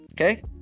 okay